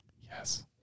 Yes